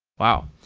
wow.